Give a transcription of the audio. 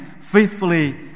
faithfully